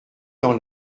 dans